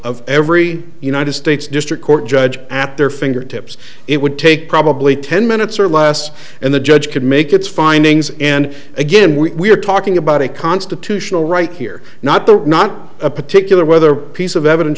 of every united states district court judge at their fingertips it would take probably ten minutes or less and the judge could make its findings and again we are talking about a constitutional right here not the not a particular whether piece of evidence